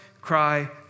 cry